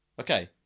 Okay